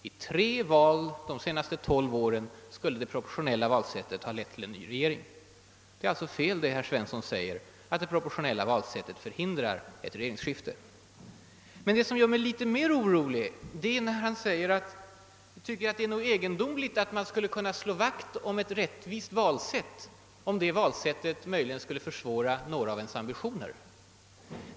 I tre val de senaste tolv åren skulle det proportionella valsättet alltså ha lett till en ny riksdagsmajoritet. Herr Svensson har således fel när han säger att det proportionella valsättet hindrar ett regeringsskifte. Mer orolig blir jag när han säger att det är egendomligt att man skulle kunna slå vakt om ett rättvist valsätt om detta möjligen skulle försvåra några av ens andra ambitioner.